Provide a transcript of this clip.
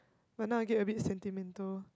but now I get a bit sentimental